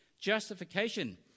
Justification